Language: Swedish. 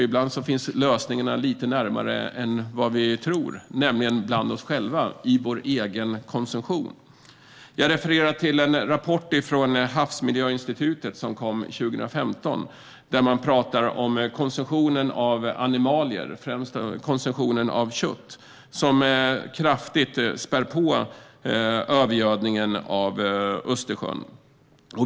Ibland finns lösningarna närmare än vi tror, nämligen hos oss själva, i vår egen konsumtion. Jag refererar till en rapport från Havsmiljöinstitutet som kom 2015 och där man talar om konsumtionen av animalier, främst kött. Den spär kraftigt på övergödningen av Östersjön.